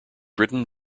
written